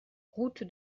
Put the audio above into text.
route